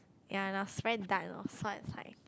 ya lah it's very dark oh so was like